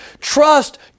Trust